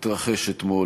התרחש אתמול.